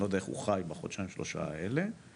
אני לא יודע איך הוא חיי בחודשיים-שלושה האלה ורק